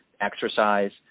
exercise